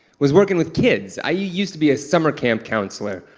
was working with kids. i used to be a summer camp counselor.